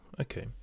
okay